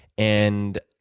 and